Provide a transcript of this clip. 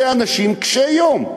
אנשים קשי יום.